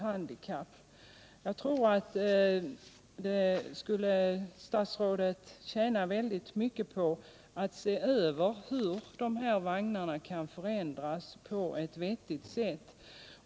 förbättra kollektiv Jag tror att statsrådet skulle tjäna väldigt mycket på att se över hur dessa vagnar kan förändras på ett vettigt sätt.